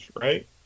right